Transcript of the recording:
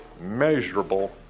measurable